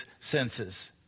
senses